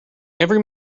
every